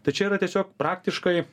tačiau yra tiesiog praktiškai